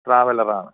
traveller ആണ്